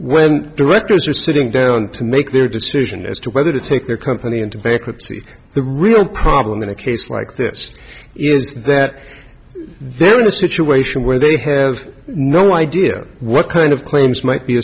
directors are sitting down to make their decision as to whether to take their company into bankruptcy the real problem in a case like this is that they're in a situation where they have no idea what kind of claims might be